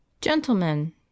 gentlemen